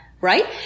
right